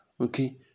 okay